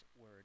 word